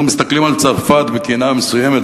אנחנו מסתכלים על צרפת בקנאה מסוימת.